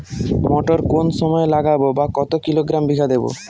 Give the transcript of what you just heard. মটর কোন সময় লাগাবো বা কতো কিলোগ্রাম বিঘা দেবো?